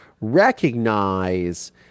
recognize